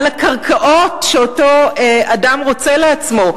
בנושא הקרקעות שאותו אדם רוצה לעצמו.